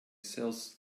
sells